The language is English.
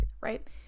right